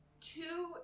two